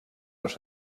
los